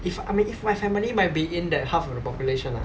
if I mean if my family might be in that half of the population ah